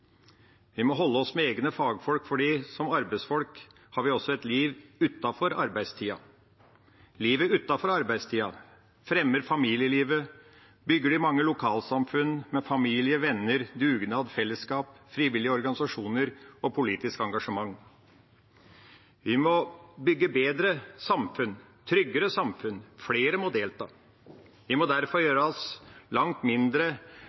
Vi må holde oss med egne fagfolk, for som arbeidsfolk har vi også et liv utenfor arbeidstida. Livet utenfor arbeidstida fremmer familielivet, bygger de mange lokalsamfunn med familie, venner, dugnad, fellesskap, frivillige organisasjoner og politisk engasjement. Vi må bygge bedre samfunn, tryggere samfunn, flere må delta. Vi må derfor som land gjøre oss langt mindre